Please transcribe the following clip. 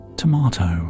tomato